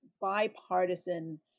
bipartisan